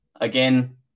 Again